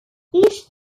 each